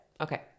okay